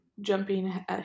jumping